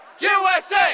USA